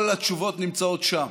כל התשובות נמצאות שם.